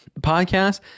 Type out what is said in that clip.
podcast